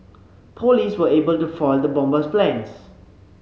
police were able to foil the bomber's plans